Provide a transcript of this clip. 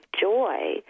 joy